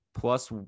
plus